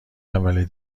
اول